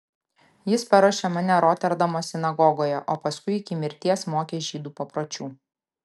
jis paruošė mane roterdamo sinagogoje o paskui iki mirties mokė žydų papročių